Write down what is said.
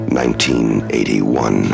1981